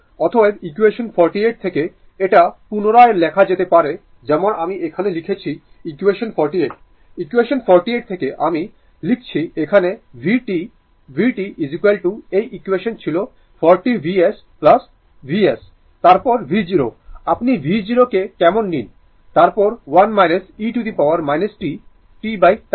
অতএব ইকুয়েশন 48 থেকে এটা পুনরায় লেখা যেতে পারে যেমন আমি এখানে লিখছি ইকুয়েশন 48 ইকুয়েশন 48 থেকে আমি লিখছি এখানে vt vt এই ইকুয়েশন ছিল 40 Vs Vs তারপর v0 আপনি v0 কে কমন নিন তারপর 1 e t tτ